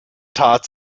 tat